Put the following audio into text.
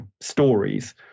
stories